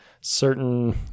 certain